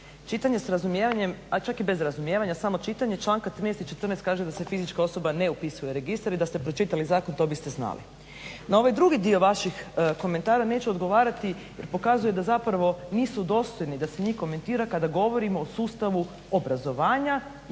Čitanje s razumijevanjem, a čak i bez razumijevanja samo čitanje članka 13. i 14. kaže da se fizička osoba ne upisuje u registar i da ste pročitali zakon to biste znali. Na ovaj drugi dio vaših komentara neću odgovarati, jer pokazuje da zapravo nisu dostojni da se njih komentira kada govorimo o sustavu obrazovanja i k tome